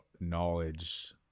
knowledge